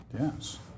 Yes